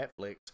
Netflix